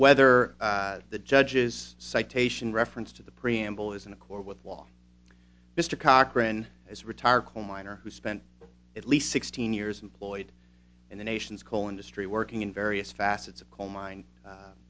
whether the judge's citation reference to the preamble is in accord with law mr cochrane as retire coal miner who spent at least sixteen years employed in the nation's coal industry working in various facets of coal mine